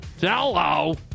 Hello